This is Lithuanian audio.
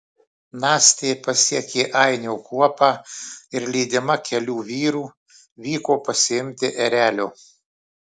nastė pasiekė ainio kuopą ir lydima kelių vyrų vyko pasiimti erelio